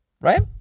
right